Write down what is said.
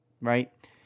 right